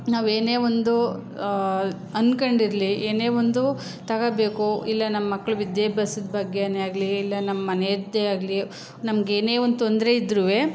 ನಾವು ಏನೇ ಒಂದು ಅಂದ್ಕೊಂಡಿರ್ಲಿ ಏನೇ ಒಂದು ತಗೊಳ್ಬೇಕು ಇಲ್ಲ ನಮ್ಮ ಮಕ್ಳು ವಿದ್ಯಾಭ್ಯಾಸದ ಬಗ್ಗೆಯೇ ಆಗಲಿ ಇಲ್ಲ ನಮ್ಮ ಮನೆಯದ್ದೆ ಆಗಲಿ ನಮ್ಗೆ ಏನೇ ಒಂದು ತೊಂದರೆ ಇದ್ರೂ